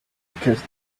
because